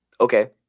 okay